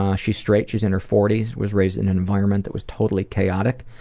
um she's straight, she's in her forty s, was raised in an environment that was totally chaotic.